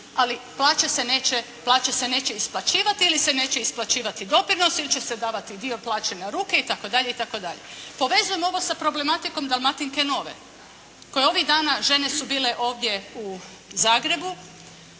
ali plaće se neće isplaćivati ili se neće isplaćivati doprinosi ili se davati dio plaće na ruke itd. itd. Povezujem ovo sa problematikom “Dalmatinke nove“ koja je ovih dana žene su ovdje u Zagrebu.